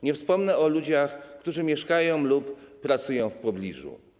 Nie wspomnę o ludziach, którzy mieszkają lub pracują w pobliżu.